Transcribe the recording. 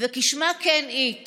וכשמה כן היא,